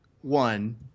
One